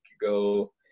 Go